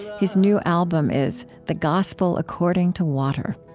his new album is the gospel according to water